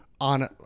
on